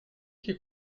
qui